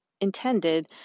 intended